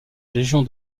légion